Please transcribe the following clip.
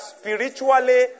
spiritually